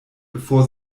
bevor